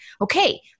Okay